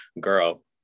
girl